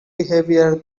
behavior